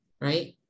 right